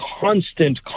constant